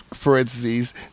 parentheses